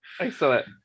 Excellent